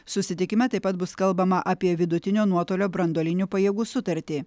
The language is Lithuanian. susitikime taip pat bus kalbama apie vidutinio nuotolio branduolinių pajėgų sutartį